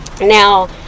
Now